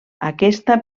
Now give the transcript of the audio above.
aquesta